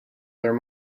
there